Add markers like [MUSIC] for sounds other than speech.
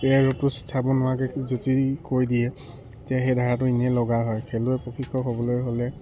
[UNINTELLIGIBLE] স্থাপন নোহোৱাকে যদি কৈ দিয়ে তেতিয়া সেই ধাৰাটো এনেই লগা হয় খেলুৱৈ প্ৰশিক্ষক হ'বলৈ হ'লে